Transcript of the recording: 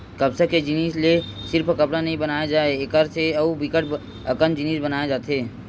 कपसा के जिनसि ले सिरिफ कपड़ा नइ बनाए जाए एकर से अउ बिकट अकन जिनिस बनाए जाथे